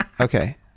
Okay